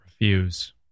refuse